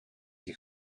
die